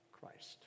Christ